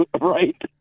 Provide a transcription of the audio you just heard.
Right